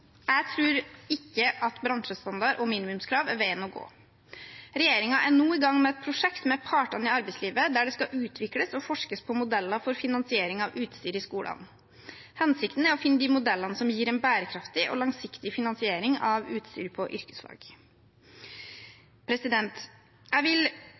Jeg tror ikke at bransjestandard og minimumskrav er veien å gå. Regjeringen er nå i gang med et prosjekt med partene i arbeidslivet der det skal utvikles og forskes på modeller for finansiering av utstyr i skolene. Hensikten er å finne de modellene som gir en bærekraftig og langsiktig finansiering av utstyr på yrkesfag. Jeg vil